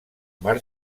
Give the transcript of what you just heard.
mar